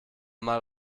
mal